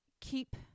keep